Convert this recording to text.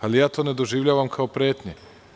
Ali, ja to ne doživljavam kao pretnje.